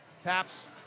taps